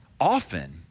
often